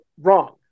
wrong